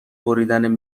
بریدن